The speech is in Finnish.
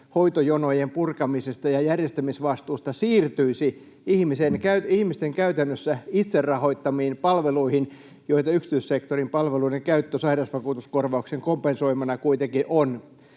hoitojonojen purkamisesta ja järjestämisvastuusta siirtyisi ihmisten käytännössä itse rahoittamiin palveluihin, mitä yksityissektorin palveluiden käyttö sairausvakuutuskorvauksen kompensoimana kuitenkin on.